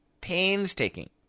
Painstaking